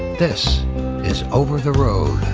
this is over the road.